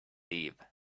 eve